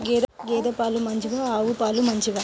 గేద పాలు మంచివా ఆవు పాలు మంచివా?